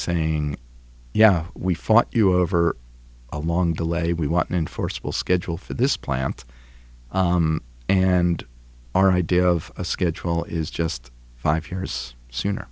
saying yeah we fought you over a long delay we want an enforceable schedule for this plant and our idea of a schedule is just five years sooner